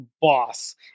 boss